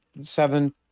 Seven